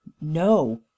no